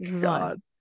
God